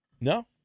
No